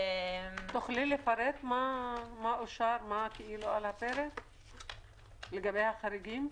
תוכלי לפרט מה אושר, לגבי החריגים?